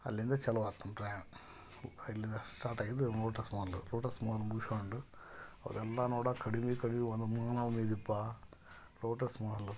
ಅಲ್ಲಿಂದ ಚಾಲು ಆತು ನಮ್ಮ ಪ್ರಯಾಣ ಅಲ್ಲಿಂದ ಸ್ಟಾಟ್ ಆಗಿದ್ದು ಲೋಟಸ್ ಮಾಲ್ ಲೋಟಸ್ ಮಾಲ್ ಮುಗಿಸ್ಕೊಂಡು ಅದೆಲ್ಲ ನೋಡಕೆ ಕಡಿಮೆ ಕಡಿಮೆ ಒಂದು ಲೋಟಸ್ ಮಾಲ್